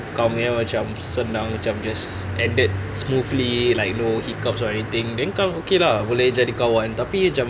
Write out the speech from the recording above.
kau punya macam senang macam just ended smoothly like no hiccups or anything then okay lah boleh jadi kawan tapi macam